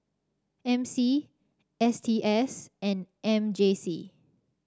M C S T S and M J C